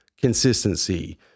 consistency